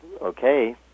okay